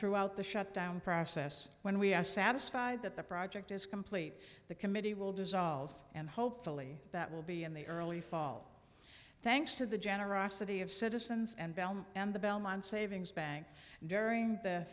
throughout the shutdown process when we are satisfied that the project is complete the committee will dissolve and hopefully that will be in the early fall thanks to the generosity of citizens and bell and the belmont savings bank during the